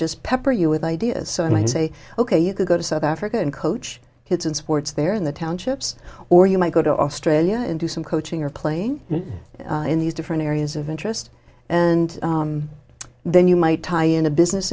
just pepper you with ideas so i might say ok you can go to south africa and coach kids and sports there in the townships or you might go to australia and do some coaching or playing in these different areas of interest and then you might tie in a business